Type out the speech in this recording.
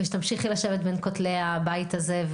ושתמשיכי לשבת בין כותלי הבית הזה,